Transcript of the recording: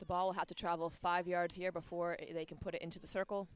the ball had to travel five yards here before they can put it into the circle